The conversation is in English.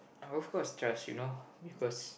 of course trust you know